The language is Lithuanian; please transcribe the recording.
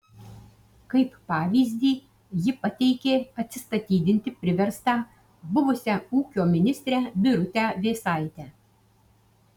kaip pavyzdį ji pateikė atsistatydinti priverstą buvusią ūkio ministrę birutę vėsaitę